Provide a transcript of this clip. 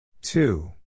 Two